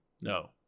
no